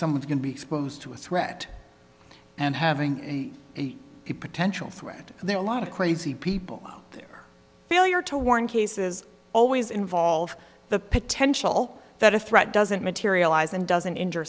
someone's going to be exposed to a threat and having a potential threat and there are a lot of crazy people out there failure to warn cases always involve the potential that a threat doesn't materialize and doesn't injure